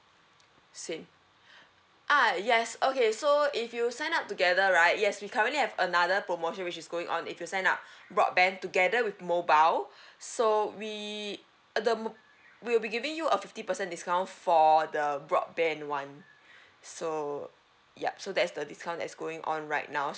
same ah yes okay so if you sign up together right yes we currently have another promotion which is going on if you sign up broadband together with mobile so we the we'll be giving you a fifty percent discount for the broadband [one] so yup so that's the discount that's going on right now